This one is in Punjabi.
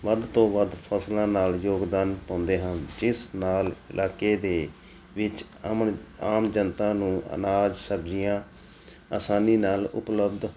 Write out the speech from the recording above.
ਵੱਧ ਤੋਂ ਵੱਧ ਫਸਲਾਂ ਨਾਲ ਯੋਗਦਾਨ ਪਾਉਂਦੇ ਹਨ ਜਿਸ ਨਾਲ ਇਲਾਕੇ ਦੇ ਵਿੱਚ ਅਮਨ ਆਮ ਜਨਤਾ ਨੂੰ ਅਨਾਜ ਸਬਜ਼ੀਆਂ ਆਸਾਨੀ ਨਾਲ ਉਪਲੱਬਧ